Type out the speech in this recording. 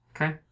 Okay